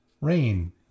rain